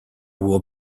will